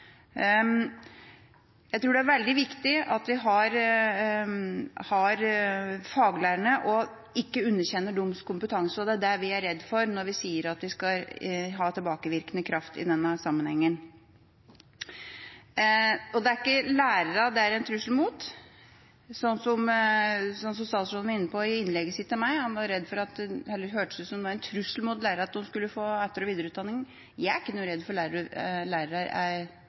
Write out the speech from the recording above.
Jeg tror det er veldig viktig at vi har allmennlærerne og ikke underkjenner deres kompetanse, og det er det vi er redde for når vi sier at det skal ha tilbakevirkende kraft i denne sammenhengen. Det er ikke lærerne det er en trussel mot, som statsråden var inne på innlegget sitt til meg – det hørtes som det var en trussel mot lærerne at de skulle få etter- og videreutdanning. Jeg er ikke noe redd for